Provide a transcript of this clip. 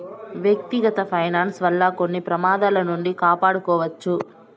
వ్యక్తిగత ఫైనాన్స్ వల్ల కొన్ని ప్రమాదాల నుండి కాపాడుకోవచ్చు